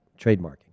trademarking